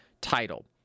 title